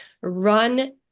run